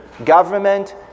government